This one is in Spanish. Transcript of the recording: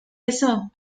eso